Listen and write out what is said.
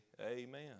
Amen